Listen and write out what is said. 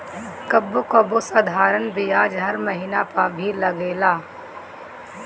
कबो कबो साधारण बियाज हर महिना पअ भी लागेला